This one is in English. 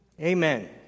amen